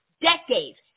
decades